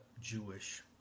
Jewish